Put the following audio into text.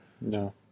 No